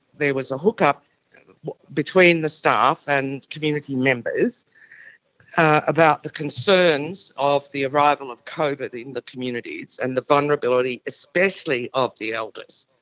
there was a hook-up between the staff and community members about the concerns of the arrival of covid in the communities and the vulnerability, especially of the elders.